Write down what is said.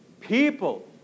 people